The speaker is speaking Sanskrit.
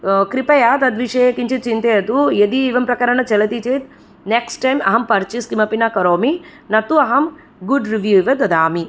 कृपया तद्विषये किञ्चित् चिन्तयतु यदि एवं प्रकारेण चलति चेत् नेक्स्ट् टैम् अहं पर्चेस् किमपि न करोमि न तु अहं गुड् रिव्यू एव ददामि